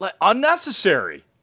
Unnecessary